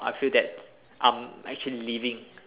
I feel that I'm actually living